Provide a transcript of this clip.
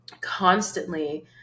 constantly